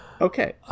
Okay